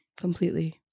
completely